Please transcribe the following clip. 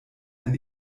ein